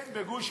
כן, בגוש-קטיף.